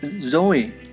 Zoe